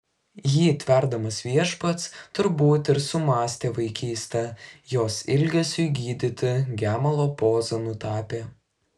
jį tverdamas viešpats turbūt ir sumąstė vaikystę jos ilgesiui gydyti gemalo pozą nutapė